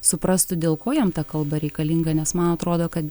suprastų dėl ko jam ta kalba reikalinga nes man atrodo kad